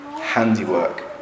handiwork